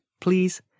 please